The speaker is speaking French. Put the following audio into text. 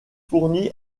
fournit